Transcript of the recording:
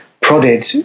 prodded